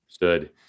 Good